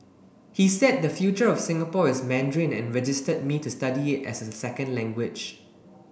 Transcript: he said the future of Singapore is Mandarin and registered me to study as a second language